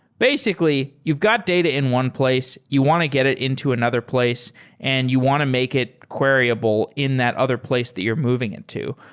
basically you've got data in one place. you want to get it into another place and you want to make it queriable in that other place that you're moving into.